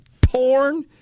porn